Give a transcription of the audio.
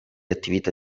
attività